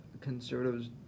conservatives